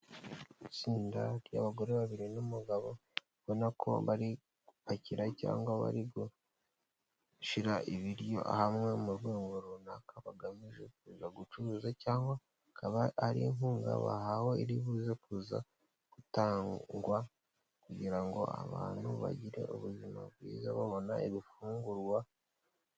Itsinda ry'abagore babiri n'umugabo ubona ko bari gupakira cyangwa bari gushyira ibiryo hamwe mu rwego runaka bagamije kuza gucuruza cyangwa bakaba ari inkunga bahawe iribuze kuza gutangwa kugira ngo abantu bagire ubuzima bwiza babona ibifungurwa.